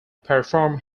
perform